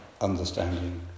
understanding